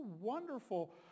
wonderful